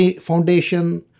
foundation